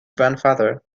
grandfather